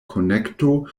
konekto